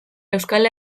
euskal